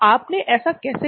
आपने ऐसा कैसे किया